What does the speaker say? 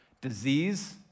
disease